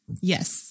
Yes